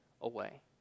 away